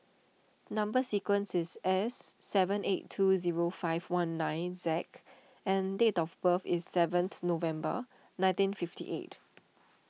Number Sequence is S seven eight zero two five one nine Z and date of birth is seventh November nineteen fifty eight